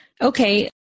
Okay